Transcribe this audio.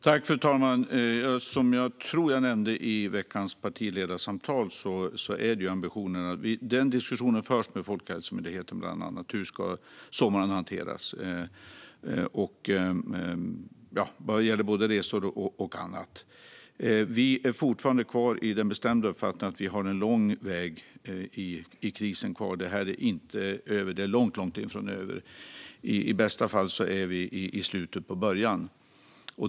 Fru talman! Som jag tror att jag nämnde under veckans partiledarsamtal förs en diskussion med bland andra Folkhälsomyndigheten om hur sommaren ska hanteras vad gäller både resor och annat. Vi har fortfarande kvar den bestämda uppfattningen att vi har lång väg kvar i krisen. Den är långt ifrån över - i bästa fall är vi i slutet av början.